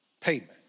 payment